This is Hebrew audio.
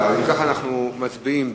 אנחנו מצביעים.